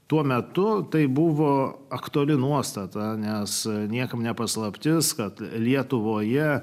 tuo metu tai buvo aktuali nuostata nes niekam ne paslaptis kad lietuvoje